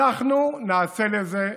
אנחנו נעשה לזה סוף.